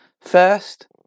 first